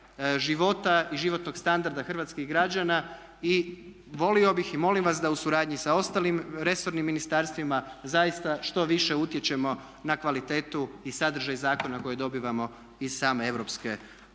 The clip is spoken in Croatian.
života i životnog standarda hrvatskih građana. I volio bih i molim vas da u suradnji sa ostalim resornim ministarstvima zaista što više utječemo na kvalitetu i sadržaj zakona koje dobivamo iz same EU.